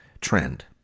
trend